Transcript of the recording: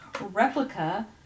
Replica